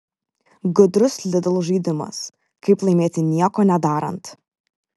gudrus lidl žaidimas kaip laimėti nieko nedarant